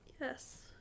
Yes